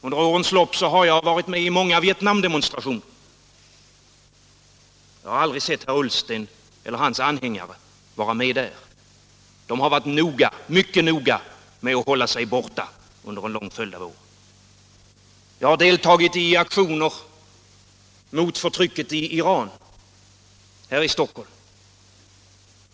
Under årens lopp har jag varit med i många Vietnamdemonstrationer. Jag har aldrig sett herr Ullsten eller hans anhängare vara med där. De har varit mycket noga med att hålla sig borta under en lång följd av år. Jag har deltagit i aktioner här i Stockholm mot förtryck i Iran.